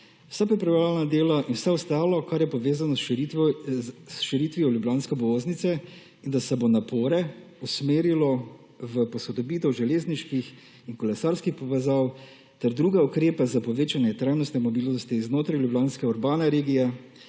vse pripravljalna dela vse ostalo kar je povezano s širitvijo ljubljanske obvoznice, in da se bo napore usmerilo v posodobitev železniških in kolesarskih povezav ter druge ukrepe za povečanje trajnostne mobilnosti znotraj ljubljanske urbane regije,